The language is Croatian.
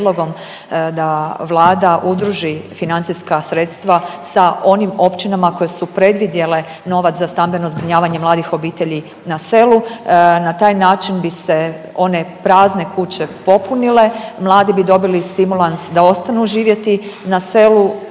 da Vlada udruži financijska sredstva sa onim općinama koje su predvidjele novac za stambeno zbrinjavanje mladih obitelji na selu. Na taj način bi se one prazne kuće popunile, mladi bi dobili stimulans da ostanu živjeti na selu.